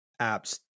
apps